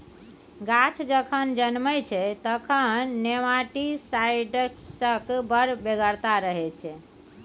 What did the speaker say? गाछ जखन जनमय छै तखन नेमाटीसाइड्सक बड़ बेगरता रहय छै